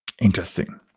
Interesting